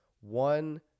One